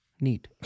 Neat